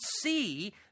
see